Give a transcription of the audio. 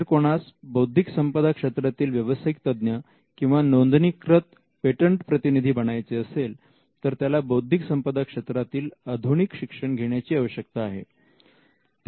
जर कोणास बौद्धिक संपदा क्षेत्रातील व्यवसायिक तज्ञ किंवा नोंदणीकृत पेटंट प्रतिनिधी बनायचे असेल तर त्याला बौद्धिक संपदा क्षेत्रातील आधुनिक शिक्षण घेण्याची आवश्यकता आहे